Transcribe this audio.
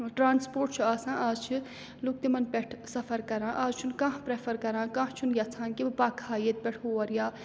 transport چھُ آسان آز چھِ لُکھ تِمَن پٮ۪ٹھ سَفر کَران آز چھُنہٕ کانٛہہ پرٛٮ۪فَر کَران کانٛہہ چھُنہٕ یَژھان کہِ بہٕ پَکہٕ ہا ییٚتہِ پٮ۪ٹھ ہور یا